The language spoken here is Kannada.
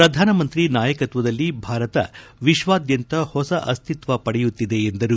ಪ್ರಧಾನಮಂತ್ರಿ ನಾಯಕತ್ವದಲ್ಲಿ ಭಾರತ ವಿಶ್ವಾದ್ಯಂತ ಹೊಸ ಅಸ್ತಿತ್ವ ಪಡೆಯುತ್ತಿದೆ ಎಂದರು